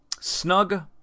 Snug